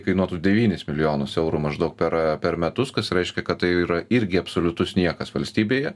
kainuotų devynis milijonus eurų maždaug per per metus kas reiškia kad tai yra irgi absoliutus niekas valstybėje